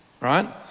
right